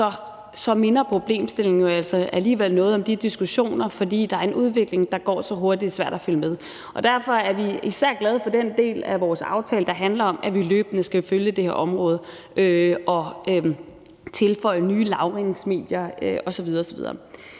handler om dab – alligevel en del om de diskussioner, fordi der er en udvikling, der går så hurtigt, at det er svært at følge med. Derfor er vi især glade for den del af vores aftale, der handler om, at vi løbende skal følge det her område og tilføje nye lagringsmedier osv.